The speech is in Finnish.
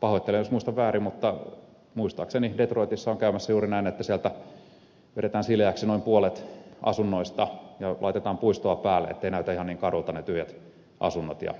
pahoittelen jos muistan väärin mutta muistaakseni detroitissa on käymässä juuri näin että sieltä vedetään sileäksi noin puolet asunnoista ja laitetaan puistoa päälle että eivät näytä ihan niin karuilta ne tyhjät asunnot ja